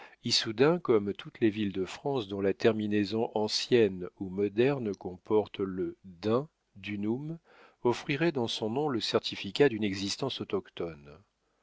issoudun comme toutes les villes de france dont la terminaison ancienne ou moderne comporte le dun dunum offrirait dans son nom le certificat d'une existence autochthone